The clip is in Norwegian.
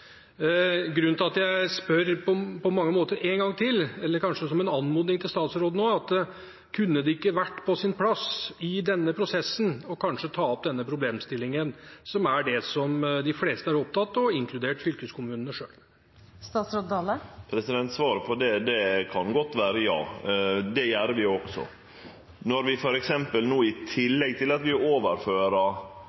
grunnen til at jeg på mange måter spør en gang til, eller kanskje har en anmodning til statsråden: Kunne det ikke vært på sin plass i denne prosessen kanskje å ta opp denne problemstillingen, som er det de fleste er opptatt av, inkludert fylkeskommunene selv? Svaret på det kan godt vere ja. Det gjer vi også, når vi f.eks. no, i tillegg til